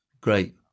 great